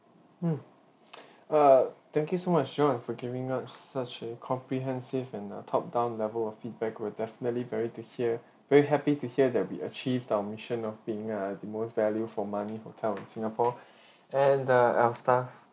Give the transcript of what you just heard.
mm uh thank you so much john for giving us such a comprehensive and uh top down level of feedback we'll definitely very to hear very happy to hear that we achieved our mission of being uh the most value for money hotel in singapore and the our staff